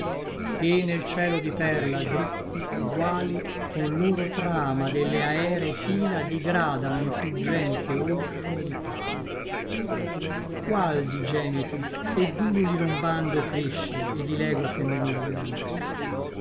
e nel cielo di perla dritti uguali con loro trama delle aeree fila digradano in fuggente ordine i pali qual di gemiti e dululi rombando cresce e dilegua femminil lamento